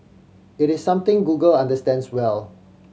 it is something Google understands well